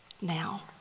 now